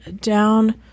down